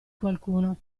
qualcuno